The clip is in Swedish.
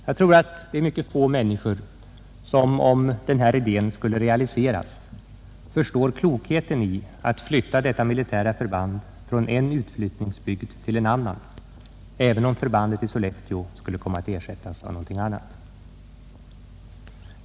Jag tror att mycket få människor, om den här idén skulle realiseras, förstår klokheten i att överföra detta militära förband från en utflyttningsbygd till en annan, även om förbandet i Sollefteå skulle komma att ersättas av någonting annat sysselsättningsskapande.